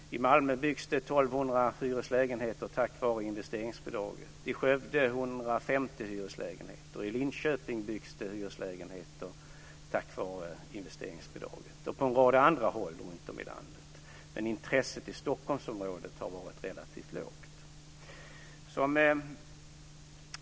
I Malmö byggs det 1 200 Skövde byggs det 150 hyreslägenheter. I Linköping byggs det hyreslägenheter tack vare investeringsbidraget. Detsamma gäller på en rad andra håll runtom i landet. Men intresset i Stockholmsområdet har varit relativt lågt.